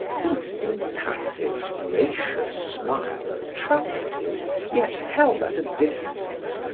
whose impassive, gracious smile attracted yet held at a distance,